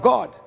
God